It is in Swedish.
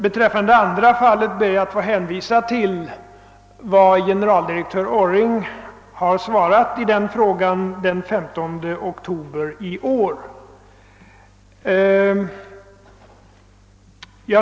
Beträffande det andra fallet ber jag att få hänvisa till vad generaldirektör Orring svarade i den frågan den 15 oktober i år.